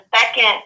second